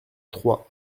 trois